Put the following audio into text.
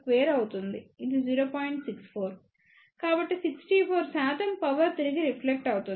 కాబట్టి 64 శాతం పవర్ తిరిగి రిఫ్లెక్ట్ అవుతుంది